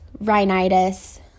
rhinitis